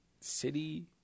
city